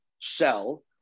sell